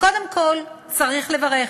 קודם כול צריך לברך.